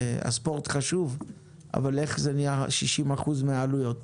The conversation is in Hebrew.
הספורט חשוב אבל איך זה נהיה 60% מן העלויות?